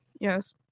yes